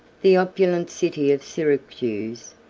the opulent city of syracuse,